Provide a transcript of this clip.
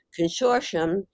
consortium